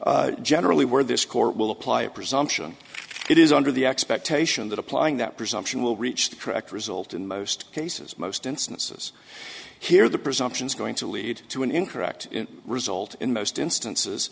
off generally where this court will apply a presumption it is under the expectation that applying that presumption will reach the correct result in most cases most instances here the presumption is going to lead to an incorrect result in most instances